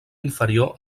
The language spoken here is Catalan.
inferior